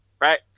right